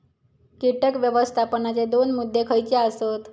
कीटक व्यवस्थापनाचे दोन मुद्दे खयचे आसत?